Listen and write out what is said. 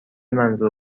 منظور